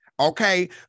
Okay